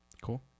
cool